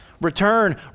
Return